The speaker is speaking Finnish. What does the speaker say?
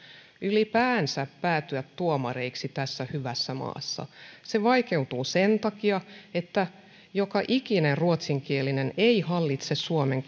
ylipäänsä päätyä tuomareiksi tässä hyvässä maassa se vaikeutuu sen takia että joka ikinen ruotsinkielinen ei hallitse suomen